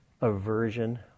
aversion